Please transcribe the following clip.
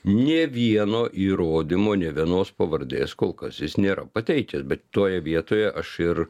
nė vieno įrodymo nė vienos pavardės kol kas jis nėra pateikęs bet toj vietoje aš ir